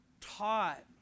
taught